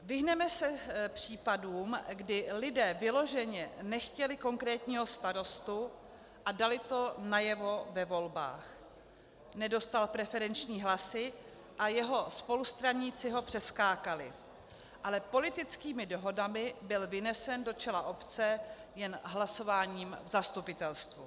Vyhneme se případům, kdy lidé vyloženě nechtěli konkrétního starostu a dali to najevo ve volbách, nedostal preferenční hlasy a jeho spolustraníci ho přeskákali, ale politickými dohodami byl vynesen do čela obce jen hlasováním v zastupitelstvu.